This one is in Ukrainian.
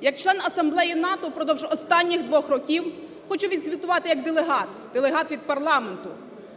Як член Асамблеї НАТО впродовж останніх двох років, хочу відзвітувати як делегат, делегат від парламенту.